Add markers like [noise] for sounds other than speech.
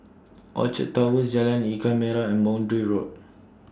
[noise] Orchard Towers Jalan Ikan Merah and Boundary Road